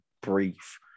brief